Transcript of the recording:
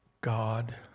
God